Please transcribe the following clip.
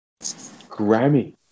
Grammy